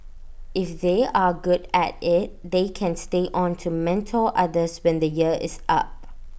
if they are good at IT they can stay on to mentor others when the year is up